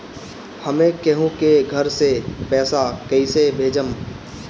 हम केहु के घर से पैसा कैइसे भेजम?